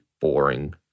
boring